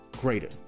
greater